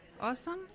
awesome